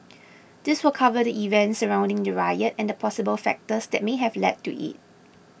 this will cover the events surrounding the riot and the possible factors that may have led to it